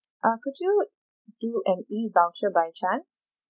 uh could you do an E voucher by chance